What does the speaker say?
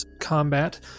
combat